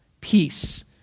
peace